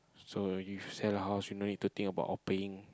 so you sell the house you no need to think about all paying